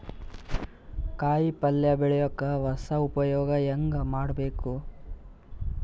ಕಾಯಿ ಪಲ್ಯ ಬೆಳಿಯಕ ಹೊಸ ಉಪಯೊಗ ಹೆಂಗ ಮಾಡಬೇಕು?